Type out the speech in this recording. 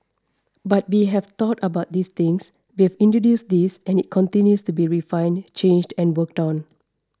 but we have thought about these things we've introduced these and it continues to be refined changed and worked on